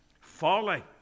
folly